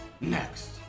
Next